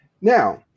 Now